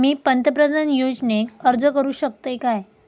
मी पंतप्रधान योजनेक अर्ज करू शकतय काय?